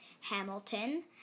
Hamilton